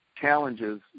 challenges